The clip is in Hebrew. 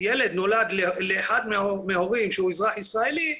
ילד נולד לאחד מההורים שהוא אזרח ישראלי,